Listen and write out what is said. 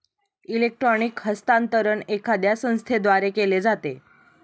electronic हस्तांतरण एखाद्या संस्थेद्वारे केले जाते